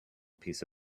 piece